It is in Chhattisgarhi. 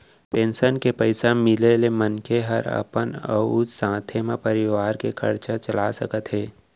पेंसन के पइसा मिले ले मनखे हर अपन अउ साथे म परवार के खरचा चला सकत हे